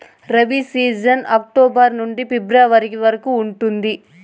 rabi season October నుండి ఫిబ్రవరి వరకు ఉంటుంది